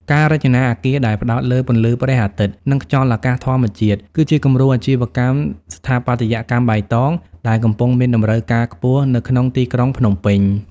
ការរចនាអគារដែលផ្ដោតលើពន្លឺព្រះអាទិត្យ និងខ្យល់អាកាសធម្មជាតិ គឺជាគំរូអាជីវកម្មស្ថាបត្យកម្មបៃតងដែលកំពុងមានតម្រូវការខ្ពស់នៅក្នុងទីក្រុងភ្នំពេញ។